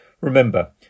Remember